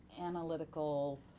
analytical